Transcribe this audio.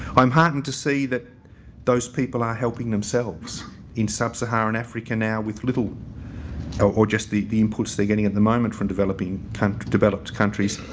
i'm heartened to see that those people are helping themselves in sub-saharan africa now with little or or just the the inputs they're getting at the moment from developing developed countries.